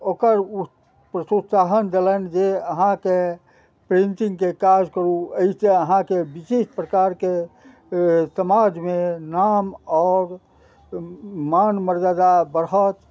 ओकर उ प्रोत्साहन देलनि जे अहाँके प्रेन्टिंगके काज करू अहिसँ अहाँके विशेष प्रकारके समाजमे नाम आओर मान मर्यादा बढ़त